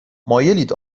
مایلید